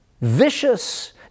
vicious